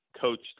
coached